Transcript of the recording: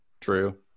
True